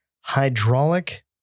hydraulic